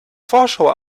vorschau